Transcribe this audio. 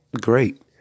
great